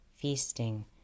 feasting